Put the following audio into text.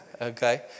Okay